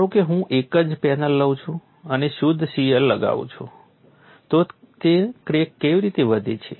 ધારો કે હું એ જ પેનલ લઉં છું અને શુદ્ધ શિયર લગાવું છું તો ક્રેક કેવી રીતે વધે છે